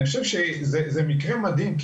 זה מקרה מדהים,